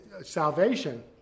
salvation